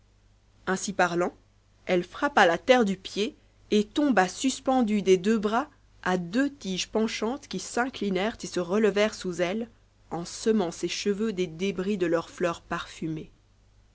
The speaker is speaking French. ainsi parlant elle frappa la terre du pied et tomba suspendue des deux bras à deux tiges penchantes qui s'inclinèrent et se relevèrent sous elle en semant ses cheveux des débris de leurs fleurs parfumées